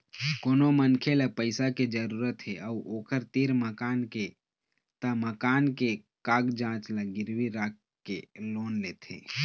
कोनो मनखे ल पइसा के जरूरत हे अउ ओखर तीर मकान के त मकान के कागजात ल गिरवी राखके लोन लेथे